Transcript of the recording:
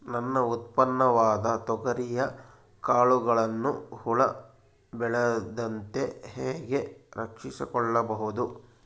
ನನ್ನ ಉತ್ಪನ್ನವಾದ ತೊಗರಿಯ ಕಾಳುಗಳನ್ನು ಹುಳ ಬೇಳದಂತೆ ಹೇಗೆ ರಕ್ಷಿಸಿಕೊಳ್ಳಬಹುದು?